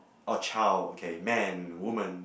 or child okay man woman